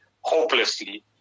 hopelessly